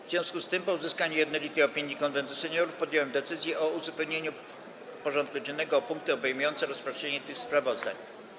W związku z tym, po uzyskaniu jednolitej opinii Konwentu Seniorów, podjąłem decyzję o uzupełnieniu porządku dziennego o punkty obejmujące rozpatrzenie tych sprawozdań.